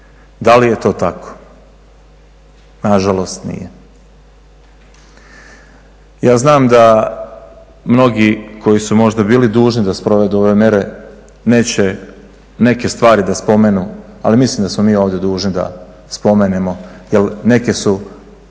Da li je to tako? Nažalost nije. Ja znam da mnogi koji su možda bili dužni da provedu ove mjere neće neke stvari spomenuti, ali mislim da smo mi ovdje dužni spomenuti jer neke su